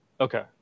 Okay